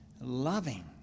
loving